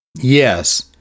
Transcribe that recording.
Yes